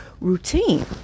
routine